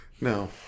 No